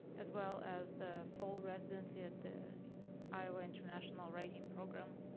as well as the full residency at the iowa international writing program,